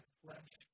flesh